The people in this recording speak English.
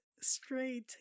straight